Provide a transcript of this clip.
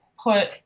put